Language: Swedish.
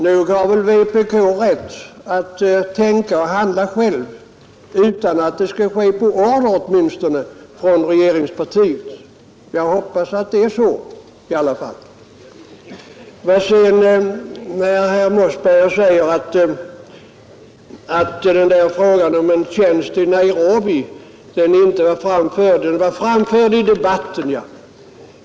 Nog har väl vpk rätt att tänka och handla självt, åtminstone utan att det skall ske på order från regeringspartiet. Jag hoppas att det är så i alla fall. Herr Mossberger säger att frågan om en tjänst i Nairobi inte var framförd annat än i debatten.